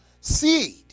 seed